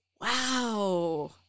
wow